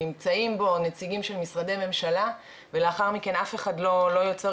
נמצאים בו נציגים של הממשלה ולאחר מכן אף אחד לא יוצר